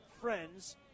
friends